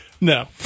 No